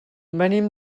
venim